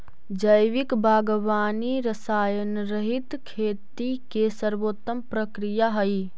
जैविक बागवानी रसायनरहित खेती के सर्वोत्तम प्रक्रिया हइ